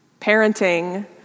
Parenting